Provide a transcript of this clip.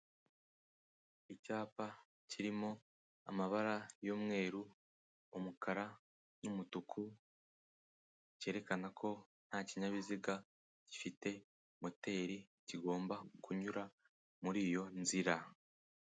Icyapa kirimo amabara y'umweru, umukara n'umutuku, cyerekana ko nta kinyabiziga gifite moteri kigomba kunyura muri iyo nzira.